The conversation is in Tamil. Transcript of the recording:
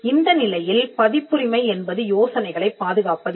இந்தநிலையில் பதிப்புரிமை என்பது யோசனைகளைப் பாதுகாப்பதில்லை